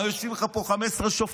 באים ויושבים לך פה 15 שופטים,